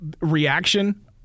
reaction